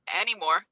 anymore